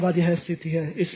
इसके बाद यह स्थिति है